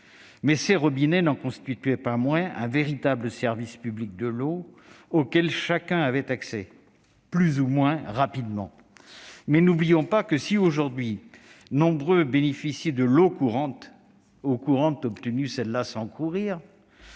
vite. Ces robinets n'en constituaient pas moins un véritable service public de l'eau, auquel chacun avait accès ... plus ou moins rapidement. N'oublions pas que si, aujourd'hui, nous sommes nombreux à bénéficier de l'eau courante, obtenue sans courir,